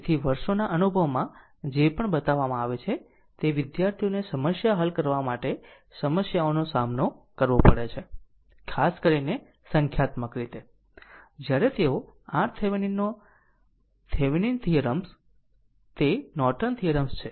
તેથી વર્ષોના અનુભવમાં જે પણ બતાવવામાં આવે છે તે વિદ્યાર્થીઓને સમસ્યા હલ કરવા માટે સમસ્યાનો સામનો કરવો પડે છે ખાસ કરીને સંખ્યાત્મક જ્યારે તેઓ RThevenin નો થીયરમ્સ છે તે નોર્ટન થીયરમ્સ છે